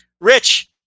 Rich